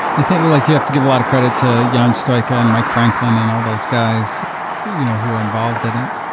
i think like you have to give a lot of credit to yeah ion stoica and mike franklin and all those guys you know who were involved in it.